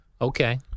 Okay